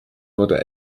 wurde